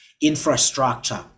infrastructure